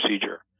procedure